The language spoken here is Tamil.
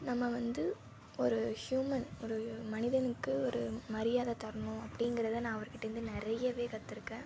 நம்ம வந்து ஒரு ஹியூமன் ஒரு மனிதனுக்கு ஒரு மரியாதை தரணும் அப்படிங்கிறத நான் அவர்க்கிட்டேருந்து நிறையாவே கற்றுருக்கேன்